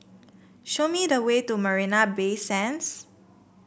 show me the way to Marina Bay Sands